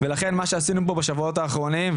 ולכן מה שעשינו פה בשבועות האחרונים,